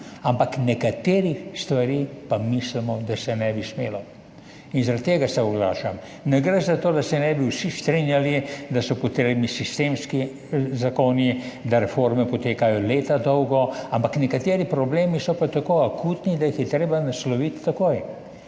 ampak nekaterih stvari pa mislimo, da se ne bi smelo. Zaradi tega se oglašam. Ne gre za to, da se ne bi vsi strinjali, da so potrebni sistemski zakoni, da reforme potekajo leta dolgo, ampak nekateri problemi so pa tako akutni, da jih je treba nasloviti takoj.